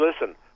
listen